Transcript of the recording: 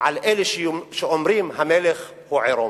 על אלה שאומרים: המלך הוא עירום.